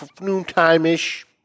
noontime-ish